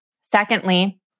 Secondly